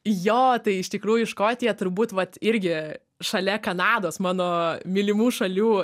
jo tai iš tikrųjų škotija turbūt vat irgi šalia kanados mano mylimų šalių